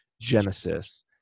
Genesis